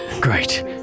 Great